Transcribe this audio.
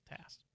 task